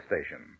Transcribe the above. station